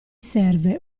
serve